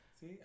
See